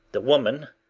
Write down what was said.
the woman,